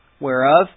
whereof